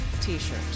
t-shirt